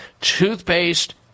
Toothpaste